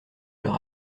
leur